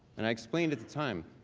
and i explained at the time,